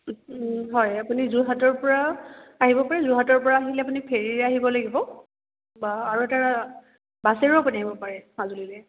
হয় আপুনি যোৰহাটৰ পৰা আহিব পাৰে যোৰহাটৰ পৰা আহিলে আপুনি ফেৰিৰে আহিব লাগিব বা আৰু এটা বাছেৰেও আপুনি আহিব পাৰে মাজুলীলে